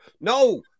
No